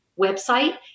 website